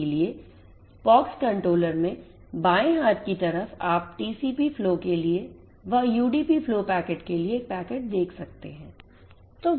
इसलिए POX controller में बाएं हाथ की तरफ आप TCP फ्लो के लिए व UDP फ्लो पैकेट के लिए एक पैकेट देख सकते हैं